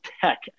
tech